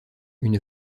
une